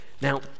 Now